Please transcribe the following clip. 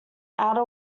outer